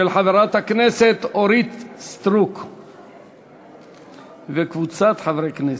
של חברת הכנסת אורית סטרוק וקבוצת חברי הכנסת.